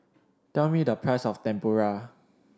tell me the price of Tempura